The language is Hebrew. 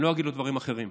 אני לא אגיד לו דברים אחרים.